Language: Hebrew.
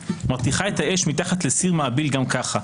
מרתיחה את האש מתחת לסיר מהביל גם ככה,